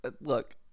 look